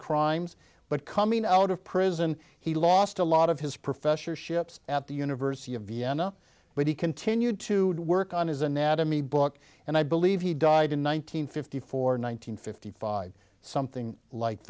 crimes but coming out of prison he lost a lot of his professorships at the university of vienna but he continued to work on his anatomy book and i believe he died in one nine hundred fifty four nine hundred fifty five something like